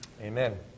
Amen